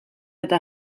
eta